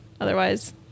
Otherwise